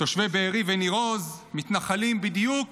תושבי בארי וניר עוז מתנחלים בדיוק